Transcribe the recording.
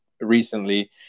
recently